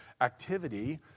activity